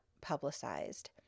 publicized